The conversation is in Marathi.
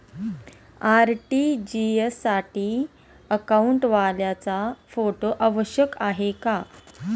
आर.टी.जी.एस साठी अकाउंटवाल्याचा फोटो आवश्यक आहे का?